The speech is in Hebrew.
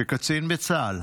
כקצין בצה"ל.